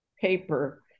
paper